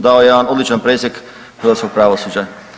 Dao je jedan odličan presjek hrvatskog pravosuđa.